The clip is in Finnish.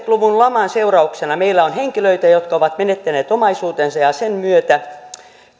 luvun laman seurauksena meillä on henkilöitä jotka ovat menettäneet omaisuutensa ja sen myötä